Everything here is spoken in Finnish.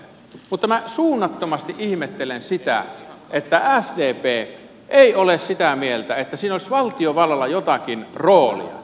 mutta minä suunnattomasti ihmettelen sitä että sdp ei ole sitä mieltä että siinä olisi valtiovallalla jotakin roolia